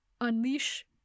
unleash